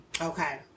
Okay